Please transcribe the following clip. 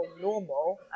normal